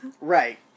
right